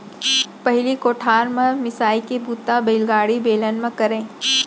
पहिली कोठार म मिंसाई के बूता बइलागाड़ी, बेलन म करयँ